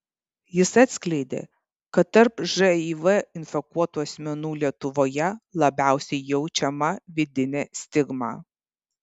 jis atskleidė kad tarp živ infekuotų asmenų lietuvoje labiausiai jaučiama vidinė stigma